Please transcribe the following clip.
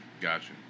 Gotcha